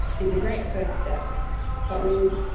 is a great first step but we will,